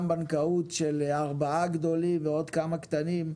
בנקאות של ארבעה גדולים ועוד כמה קטנים,